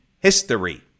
history